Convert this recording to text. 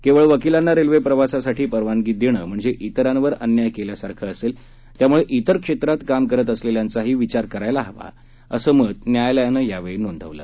केवळ वकीलांना रेल्वे प्रवासासाठी परवानगी देणं म्हणजे इतरांवर अन्याय केल्यासारखं असेल त्यामुळे इतर क्षेत्रात काम करत असलेल्यांचाही विचार करायला हवा असं मत न्यायालयानं नोंदवलं